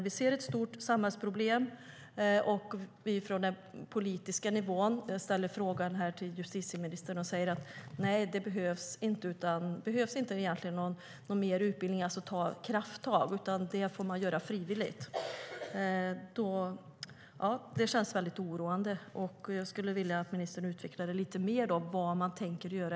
Vi ser ett stort samhällsproblem och ställer frågan från den politiska nivån till justitieministern, och hon säger att det inte behövs någon mer utbildning eller några krafttag, utan det får man göra frivilligt. Det känns väldigt oroande, och jag skulle vilja att ministern utvecklade lite mer vad man i så fall tänker göra.